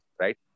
right